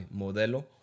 Modelo